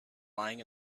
lying